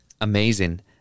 Amazing